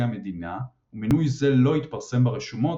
המדינה ומינוי זה לא התפרסם ברשומות,